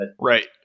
Right